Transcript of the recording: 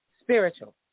Spiritual